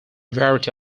variety